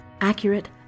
Accurate